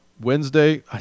Wednesday